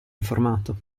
informato